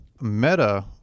meta